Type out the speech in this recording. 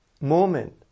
moment